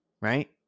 right